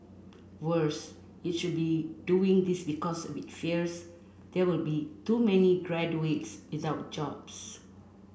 worse it should not be doing this because it fears there will be too many graduates without jobs